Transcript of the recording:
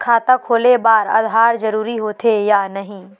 खाता खोले बार आधार जरूरी हो थे या नहीं?